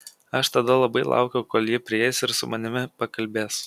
aš tada labai laukiau kol ji prieis ir su manimi pakalbės